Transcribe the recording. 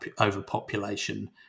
overpopulation